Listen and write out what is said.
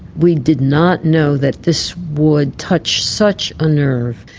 we did not know that this would touch such a nerve.